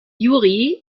juri